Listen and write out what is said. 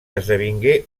esdevingué